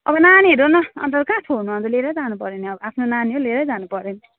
अब नानीहरू अन्त अन्त कहाँ छोड्नु अन्त लिएरै जानुपऱ्यो नि अब आफ्नो नानी हो लिएरै जानुपऱ्यो नि